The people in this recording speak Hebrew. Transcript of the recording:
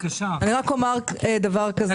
כזה,